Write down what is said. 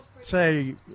say